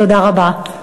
תודה רבה.